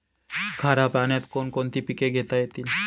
खाऱ्या पाण्यात कोण कोणती पिके घेता येतील?